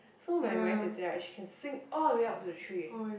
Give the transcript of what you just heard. so my Marry Jie Jie right she can swing all the way up to the tree eh